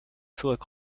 sauts